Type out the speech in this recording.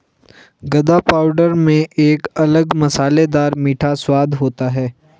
गदा पाउडर में एक अलग मसालेदार मीठा स्वाद होता है